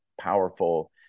powerful